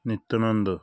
Nityananda